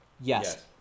Yes